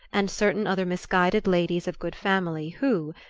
and certain other misguided ladies of good family who,